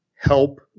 help